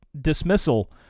dismissal